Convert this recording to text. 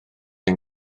ein